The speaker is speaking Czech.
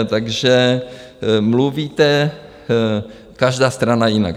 Takže mluvíte každá strana jinak.